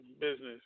business